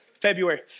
February